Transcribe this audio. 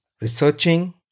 researching